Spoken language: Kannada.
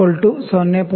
98 ಮಿ